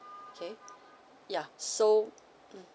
okay ya so mm